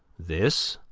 this,